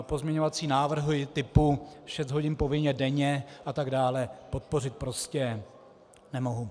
Pozměňovací návrhy typu šest hodin povinně denně atd. podpořit prostě nemohu.